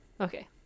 Okay